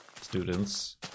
students